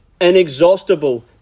inexhaustible